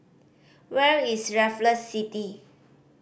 where is Raffles City